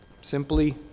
simply